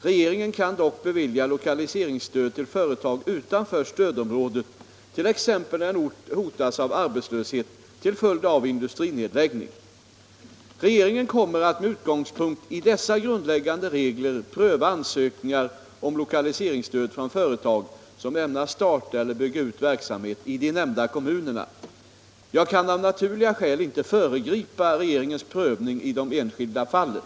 Regeringen kan dock bevilja lokaliseringsstöd till företag utanför stödområdet, t.ex. när en ort hotas av arbetslöshet till följd av industrinedläggning. Regeringen kommer att med utgångspunkt i dessa grundläg gande regler pröva ansökningar om lokaliseringsstöd från företag som ämnar starta eller bygga ut verksamhet i de nämnda kommunerna. Jag kan av naturliga skäl inte föregripa regeringens prövning i de enskilda fallen.